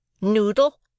Noodle